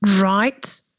right